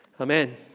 Amen